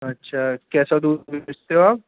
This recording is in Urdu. اچھا کیسا دودھ بیچتے ہو آپ